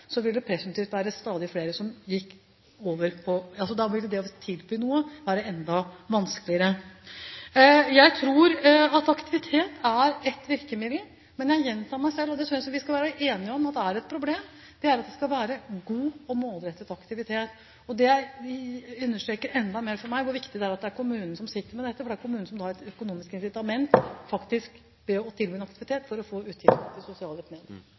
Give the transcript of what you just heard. Så mener jeg at vi har det absolutt beste utgangspunktet noe land kan ha for å få ned sosialhjelpen, og det er at vi har lav ledighet. Hvis vi sammenlikner med land som har helt andre ledighetsnivå enn det vi har, ville det å kunne tilby noe presumptivt være enda vanskeligere. Jeg tror at aktivitet er et virkemiddel. Jeg tror også vi skal være enige om at det er et problem å få til – jeg gjentar meg selv – god og målrettet aktivitet, og det understreker enda mer for meg hvor viktig det er at det er kommunen som sitter med dette, for det er faktisk kommunen som